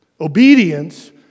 Obedience